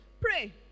Pray